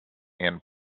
and